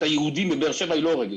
את היהודים בבאר-שבע היא לא הורגת.